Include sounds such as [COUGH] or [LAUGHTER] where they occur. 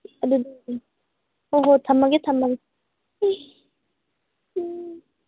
[UNINTELLIGIBLE] ꯍꯣ ꯍꯣꯏ ꯊꯝꯃꯒꯦ ꯊꯝꯃꯒꯦ